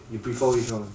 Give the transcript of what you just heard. you prefer which one